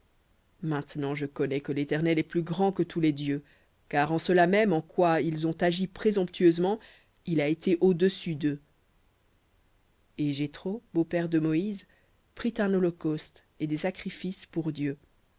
maintenant je connais que l'éternel est plus grand que tous les dieux car en cela en quoi ils ont agi présomptueusement il a été au-dessus deux et jéthro beau-père de moïse prit un holocauste et des sacrifices pour dieu